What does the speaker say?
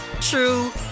true